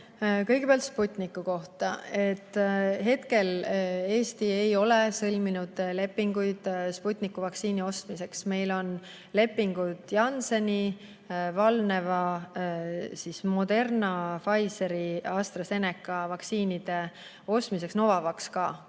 Kõigepealt Sputniku kohta. Hetkel Eesti ei ole sõlminud lepinguid Sputniku vaktsiini ostmiseks. Meil on lepingud Jannseni, Valneva, Moderna, Pfizeri ja AstraZeneca vaktsiini ostmiseks. Novavax ka.